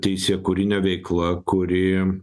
teisėkūrine veikla kūri